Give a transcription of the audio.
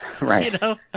right